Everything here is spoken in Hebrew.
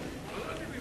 התשס"ט 2009,